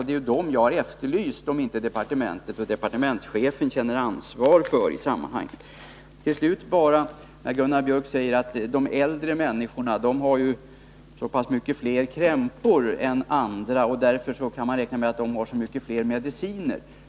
Det är sådana jag har efterlyst, och jag har frågat om inte departementet och departementschefen känner ett ansvar i det avseendet. Gunnar Biörck säger också att de äldre människorna har så många fler krämpor än andra, och därför kan man räkna med att de också har fler mediciner.